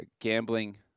gambling